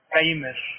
famous